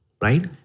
right